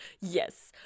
Yes